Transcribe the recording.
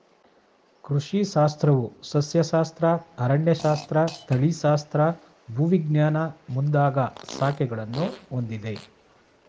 ಕೃಷಿ ಶಾಸ್ತ್ರವು ಸಸ್ಯಶಾಸ್ತ್ರ, ಅರಣ್ಯಶಾಸ್ತ್ರ, ತಳಿಶಾಸ್ತ್ರ, ಭೂವಿಜ್ಞಾನ ಮುಂದಾಗ ಶಾಖೆಗಳನ್ನು ಹೊಂದಿದೆ